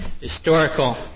historical